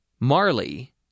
Marley